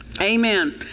Amen